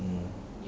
mm